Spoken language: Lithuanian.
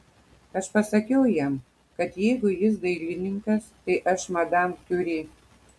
aš pasakiau jam kad jeigu jis dailininkas tai aš madam kiuri